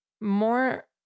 more